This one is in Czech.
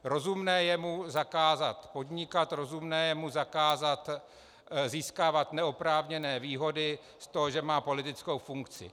Rozumné je mu zakázat podnikat, rozumné je mu zakázat získávat neoprávněné výhody z toho, že má politickou funkci.